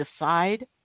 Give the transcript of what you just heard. decide